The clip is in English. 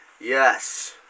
Yes